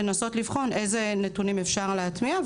לנסות לבחון איזה נתונים אפשר להטמיע,